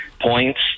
points